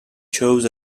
chose